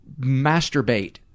masturbate